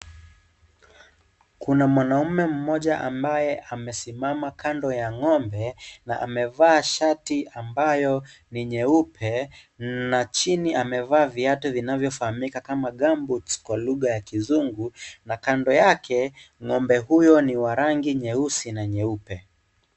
Kuna mwanaume mmoja ambaye amesimama kando ya ng'ombe na amevaa shati ambayo ni nyeupe na chini amevaa viatu vinavyo fahamika kama cs gamboots cs kwa lugha ya kizingu na kando yake ng'ombe huyo ni wa rangi nyeusi na nyeupe.